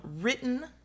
written